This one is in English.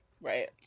Right